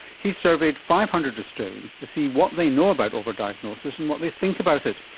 he surveyed five hundred australians to see what they know about over-diagnosis and what they think about it.